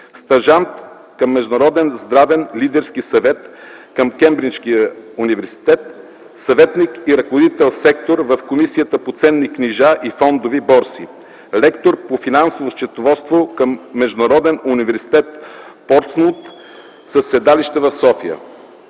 стажант към Международен здравен лидерски съвет към Кембриджския университет, съветник и ръководител на сектор в Комисията по ценните книжа и фондови борси, лектор по финансово счетоводство към Международен университет – Портсмут, със седалище в София.